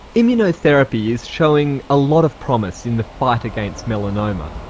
immunotherapy is showing a lot of promise in the fight against melanoma.